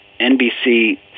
NBC